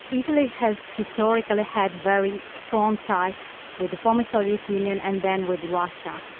italy has historically had very strong ties with the former soviet union and then with russia.